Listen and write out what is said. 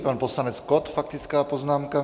Pan poslanec Kott, faktická poznámka.